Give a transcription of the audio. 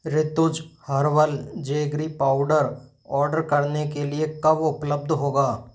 Rituj herbal jaggery powder order करने के लिए कब उपलब्ध होगा